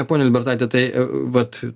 pone albertaite tai vat